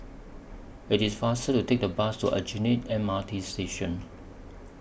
IT IS faster to Take The Bus to Aljunied M R T Station